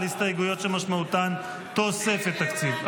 על הסתייגויות שמשמעותן תוספת תקציב.